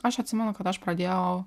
aš atsimenu kad aš pradėjau